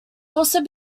also